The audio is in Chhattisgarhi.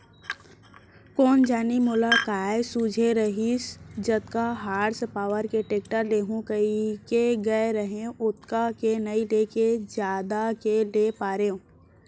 कोन जनी मोला काय सूझे रहिस जतका हार्स पॉवर के टेक्टर लेहूँ कइके गए रहेंव ओतका के नइ लेके जादा के ले पारेंव